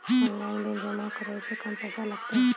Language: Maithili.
ऑनलाइन बिल जमा करै से कम पैसा लागतै?